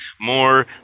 more